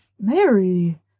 Mary